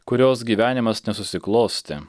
kurios gyvenimas nesusiklostė